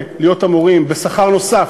להיות המורים בשכר נוסף,